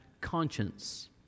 conscience